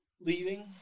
leaving